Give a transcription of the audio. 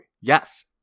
Yes